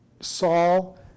Saul